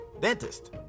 Dentist